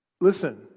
Listen